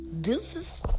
Deuces